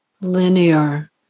linear